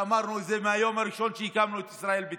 אמרנו את זה מהיום הראשון שהקמנו את ישראל ביתנו,